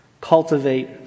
cultivate